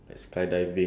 ya